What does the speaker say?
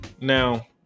Now